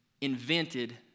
invented